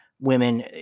women